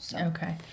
Okay